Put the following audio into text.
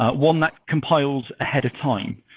ah one that compiles ahead of time,